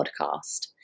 podcast